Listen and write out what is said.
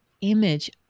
image